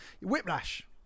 Whiplash